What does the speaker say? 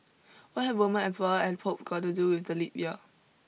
what have a Roman emperor and Pope got to do with the leap year